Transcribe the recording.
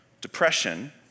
Depression